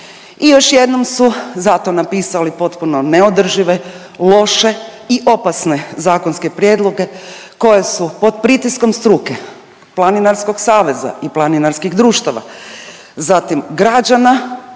I još jednom su zato napisali potpuno neodržive, loše i opasne zakonske prijedloge koje su pod pritiskom struke, Planinarskog saveza i planinarskih društava, zatim građana